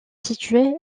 situé